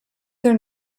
their